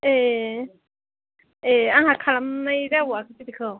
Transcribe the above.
ए ए आंहा खालामनाय जाबावाखैसो बेखौ